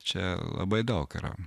čia labai daug yra